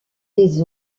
des